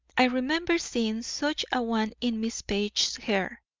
i remember seeing such a one in miss page's hair,